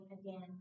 again